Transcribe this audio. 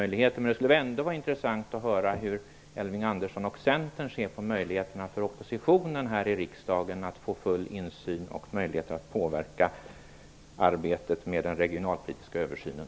Det skulle ändå vara intressant att höra hur Elving Andersson och Centern ser på möjligheterna för oppositionen här i riksdagen att få full insyn i och påverka arbetet med den regionalpolitiska översynen.